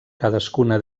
cadascuna